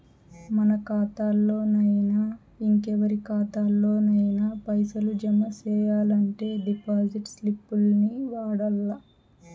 మన కాతాల్లోనయినా, ఇంకెవరి కాతాల్లోనయినా పైసలు జమ సెయ్యాలంటే డిపాజిట్ స్లిప్పుల్ని వాడల్ల